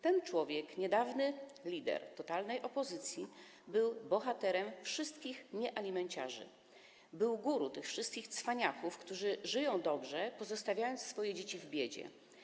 Ten człowiek, niedawny lider totalnej opozycji, był bohaterem wszystkich alimenciarzy, był guru tych wszystkich cwaniaków, którzy żyją dobrze, pozostawiając swoje dzieci w biedzie.